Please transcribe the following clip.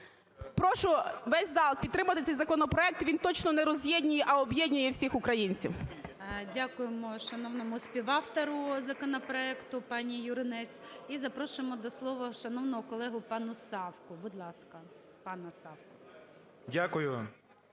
Прошу весь зал підтримати цей законопроект, він точно не роз'єднує, а об'єднує всіх українців. ГОЛОВУЮЧИЙ. Дякуємо шановному співавтору законопроекту, паніЮринець. І запрошуємо до слова шановного колегу, пана Савку, будь ласка. 11:26:22 САВКА